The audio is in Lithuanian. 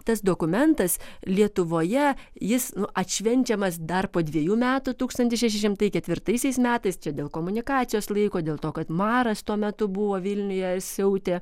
tas dokumentas lietuvoje jis nu atšvenčiamas dar po dvejų metų tūkstantis šeši šimtai ketvirtaisiais metais čia dėl komunikacijos laiko dėl to kad maras tuo metu buvo vilniuje siautė